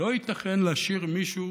לא ייתכן להשאיר מישהו